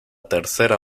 tercera